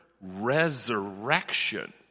resurrection